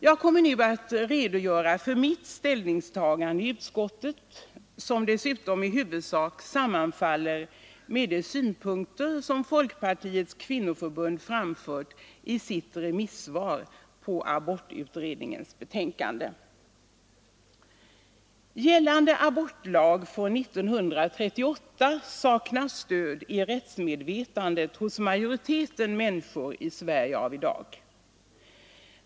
Jag kommer nu att redogöra för mitt ställningstagande i utskottet, som dessutom i huvudsak sammanfaller med de synpunkter som Folkpartiets kvinnoförbund framfört i sitt remissvar på abortutredningens betänkande. Gällande abortlag från 1938 saknar stöd i rättsmedvetandet hos majoriteten människor i Sverige av i dag.